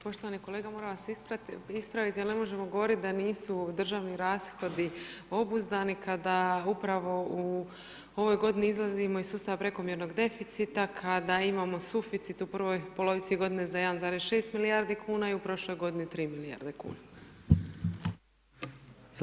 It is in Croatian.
Poštovani kolega, moram vas ispraviti jel ne možemo govoriti da nisu državni rashodi obuzdani kada upravo u ovoj godini izlazimo iz sustava prekomjernog deficita kada imamo suficit u prvoj polovici godine za 1,6 milijardi kuna i u prošloj godini 3 milijarde kuna.